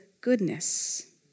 goodness